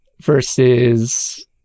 versus